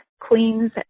Queen's